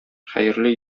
хәерле